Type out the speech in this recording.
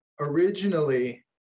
originally